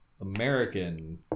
American